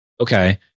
Okay